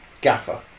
gaffer